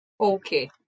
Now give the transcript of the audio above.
okay